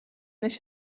nes